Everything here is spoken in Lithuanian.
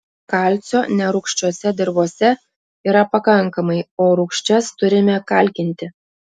kalcio nerūgščiose dirvose yra pakankamai o rūgščias turime kalkinti